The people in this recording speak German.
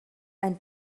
ein